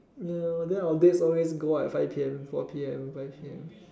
ya then our dates always go out at five P_M four P_M five P_M